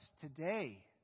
today